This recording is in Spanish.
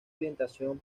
orientación